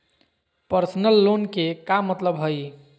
Personal loan के का मतलब हई?